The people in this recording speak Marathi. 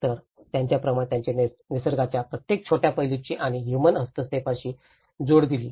तर त्याप्रमाणेच त्याने निसर्गाच्या प्रत्येक छोट्या पैलूची आणि ह्यूमन हस्तक्षेपाची जोड दिली